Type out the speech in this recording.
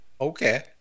Okay